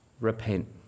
repent